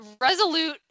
Resolute